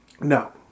No